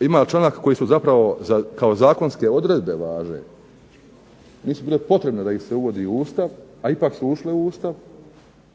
ima članak koji su zapravo kao zakonske odredbe važe, nisu bile potrebne da ih se uvodi u Ustav, a ipak su ušle u Ustav,